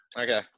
Okay